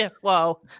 Whoa